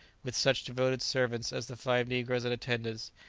with such devoted servants as the five negroes in attendance,